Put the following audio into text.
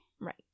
Right